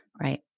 Right